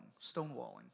Stonewalling